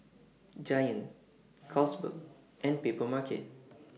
Giant Carlsberg and Papermarket